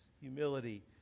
humility